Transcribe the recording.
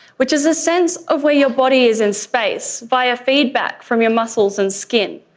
which is a sense of where your body is in space via feedback from your muscles and skin.